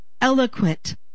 eloquent